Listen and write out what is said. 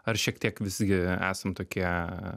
ar šiek tiek visgi esam tokie